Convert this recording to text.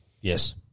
yes